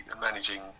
managing